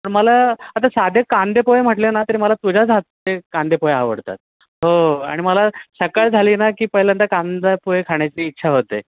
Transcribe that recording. पण मला आता साधे कांदेपोहे म्हटले ना तरी मला तुझ्याच हातेचे कांदेपोहे आवडतात हो आणि मला सकाळ झाली ना की पहिल्यांदा कांदापोहे खाण्याची इच्छा होते